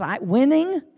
winning